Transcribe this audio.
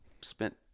spent